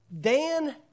Dan